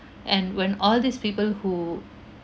and when all these people who